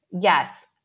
yes